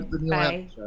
bye